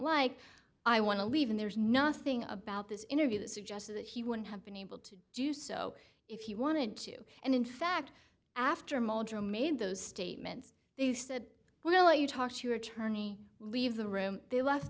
like i want to leave and there's nothing about this interview that suggests that he wouldn't have been able to do so if he wanted to and in fact after muldrow made those statements these that will let you talk to your attorney leave the room they left